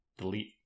delete